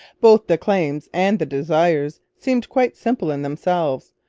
both the claims and the desires seem quite simple in themselves.